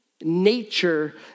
nature